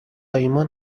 ایمان